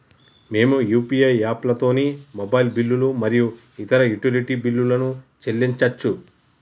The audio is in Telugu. మేము యూ.పీ.ఐ యాప్లతోని మొబైల్ బిల్లులు మరియు ఇతర యుటిలిటీ బిల్లులను చెల్లించచ్చు